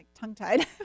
tongue-tied